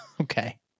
Okay